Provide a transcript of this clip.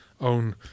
own